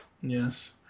Yes